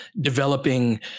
developing